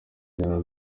njyana